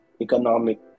economic